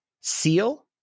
Seal